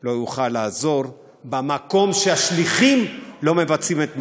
לא יוכל לעזור במקום שהשליחים לא מבצעים את מלאכתם.